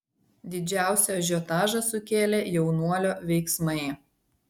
didžiausią ažiotažą sukėlė jaunuolio veiksmai